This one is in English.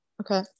Okay